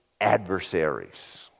adversaries